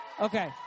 Okay